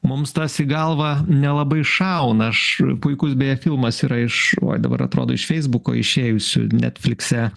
mums tas į galvą nelabai šauna aš puikus beje filmas yra iš oj dabar atrodo iš feisbuko išėjusio netflikse